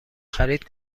خرید